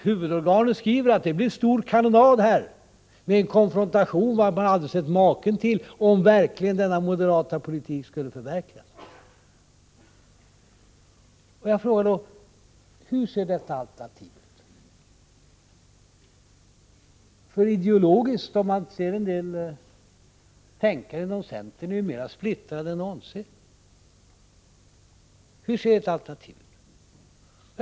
Huvudorganet skriver om det, att det blir en stor kanonad med en konfrontation som man aldrig har sett maken till om denna moderata politik verkligen skulle förverkligas. Jag frågar då: Hur ser detta alternativ ut? Ser man det hela ur ideologisk synpunkt, finner man att en del tänkare inom centern är mer splittrade än någonsin. Hur ser ert alternativ ut?